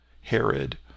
Herod